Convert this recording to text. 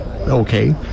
okay